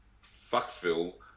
Foxville